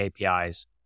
APIs